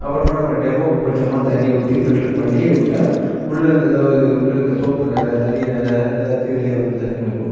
அப்புறமா நம்ம ஒரு டெமோவுக்கு கொஞ்சமாக தண்ணியை ஊற்றி ஃபில்டரு பண்ணி விட்டா உள்ளே இந்த ஏதாவது உள்ளேருக்க சோப்பு நொரை தண்ணி நொரை எல்லாத்தையும் வெளில வந்துடும் தண்ணி மூலிமா